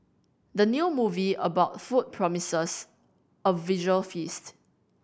the new movie about food promises a visual feast